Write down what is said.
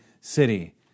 city